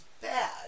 bad